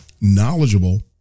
knowledgeable